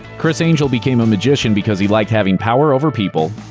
criss angel became a magician because he liked having power over people,